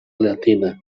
llatina